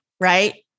right